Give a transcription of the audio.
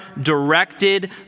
directed